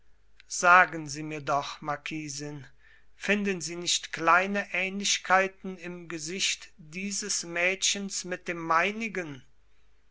sagen sie mir doch marquisin finden sie nicht kleine ähnlichkeiten im gesicht dieses mädchens mit dem meinigen